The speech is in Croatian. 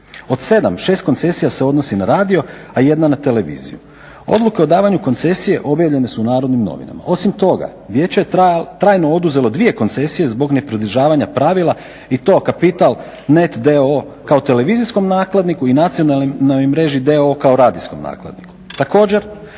Od sedam, 6 koncesija se odnosi na radio a jedna na televiziju. Odluka o davanju koncesije objavljene su u NN osim toga vijeće je trajno oduzelo dvije koncesije zbog nepridržavanja pravila i to kapital Net.d.o.o. kao televizijskom nakladniku i nacionalnoj mreži d.o.o. kao radijskom nakladniku.